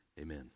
amen